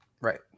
right